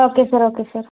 okay sir okay sir